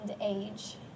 age